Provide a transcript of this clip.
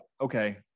okay